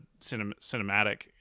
cinematic